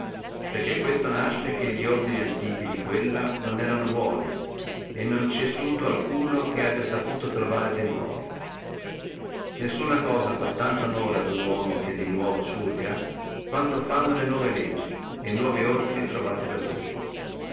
questo nasce che li ordini antichi di essa non erano buoni e non ci è suto alcuno che abbi saputo trovare de nuovi e veruna cosa fa tanto onore a uno uomo che di nuovo surga quanto fa le nuove legge e li nuovi ordini trovati da lui